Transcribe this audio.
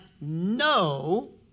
no